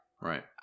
Right